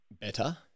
Better